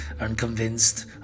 unconvinced